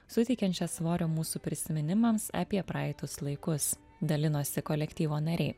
suteikiančią svorio mūsų prisiminimams apie praeitus laikus dalinosi kolektyvo nariai